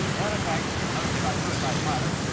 air attacks, mostly by suicide pilots,